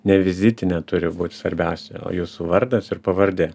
ne vizitinė turi būti svarbiausia o jūsų vardas ir pavardė